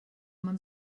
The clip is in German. man